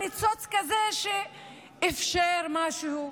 ניצוץ כזה שאפשר משהו,